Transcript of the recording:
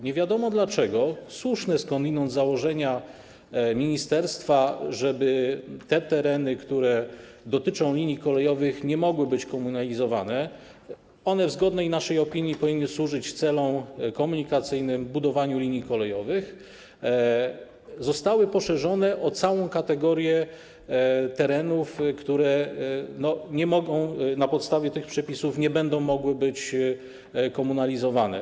Nie wiadomo dlaczego, słuszne skądinąd założenia ministerstwa, żeby te tereny, które dotyczą linii kolejowych, nie mogły być komunalizowane, bo one w naszej zgodnej opinii powinny służyć celom komunikacyjnym, budowaniu linii kolejowych, zostały poszerzone i objęły całą kategorię terenów, które na podstawie tych przepisów nie będą mogły być komunalizowane.